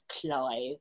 Clive